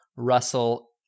Russell